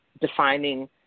defining